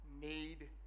need